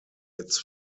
its